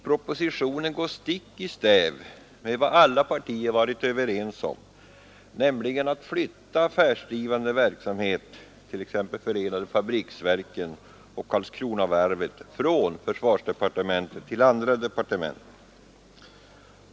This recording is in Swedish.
Propositionen går stick i stäv mot vad alla partier varit överens om, nämligen att flytta affärsdrivande affärsverksamhet — t.ex. förenade fabriksverken och Karlskronavarvet — från försvarsdepartementet till andra departement.